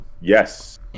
Yes